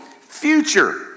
future